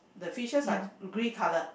the fishes are green colour